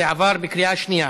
זה עבר בקריאה שנייה.